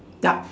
dark